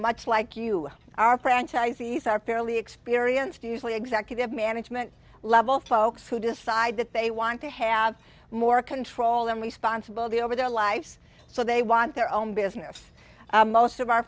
much like you are franchisees are fairly experienced usually executive management level folks who decide that they want to have more control and responsibility over their lives so they want their own business most of our